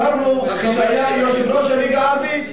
ביקרנו כשהוא היה יושב-ראש הליגה הערבית.